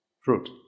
fruit